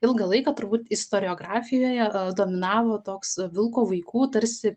ilgą laiką turbūt istoriografijoje dominavo toks vilko vaikų tarsi